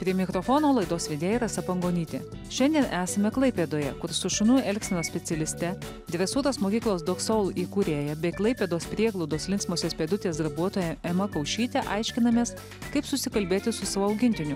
prie mikrofono laidos vedėja rasa pangonytė šiandien esame klaipėdoje kur su šunų elgsenos specialiste dresuotos mokyklos dog soul įkūrėja bei klaipėdos prieglaudos linksmosios pėdutės darbuotoja ema kaušyte aiškinamės kaip susikalbėti su savo augintiniu